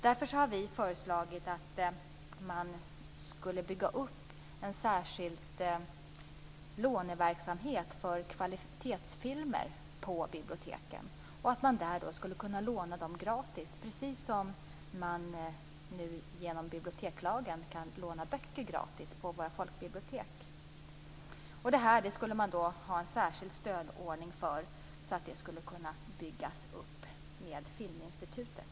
Därför har Vänsterpartiet föreslagit att man skall bygga upp en särskild låneverksamhet för kvalitetsfilmer på folkbiblioteken, och att man där skulle kunna låna filmerna gratis precis som när man genom bibliotekslagen kan låna böcker gratis. Det skulle finnas en särskild stödordning för detta, så att det skulle kunna byggas upp med Filminstitutet.